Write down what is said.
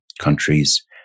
countries